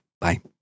Bye